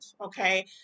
okay